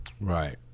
Right